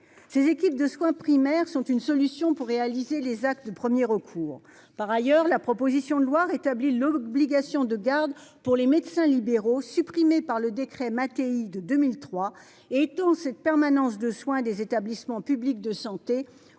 ces équipes de soins primaires sont une solution pour réaliser les actes de 1er recours par ailleurs la proposition de loi rétabli l'obligation de garde pour les médecins libéraux supprimée par le décret Mattéi de 2003 étant cette permanence de soins des établissements publics de santé